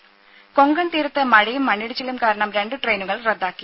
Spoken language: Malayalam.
രുമ കൊങ്കൺ തീരത്ത് മഴയും മണ്ണിടിച്ചിലും കാരണം രണ്ടു ട്രെയിനുകൾ റദ്ദാക്കി